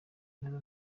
neza